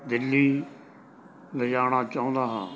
ਦਿੱਲੀ ਲਿਜਾਉਣਾ ਚਾਹੁੰਦਾ ਹਾਂ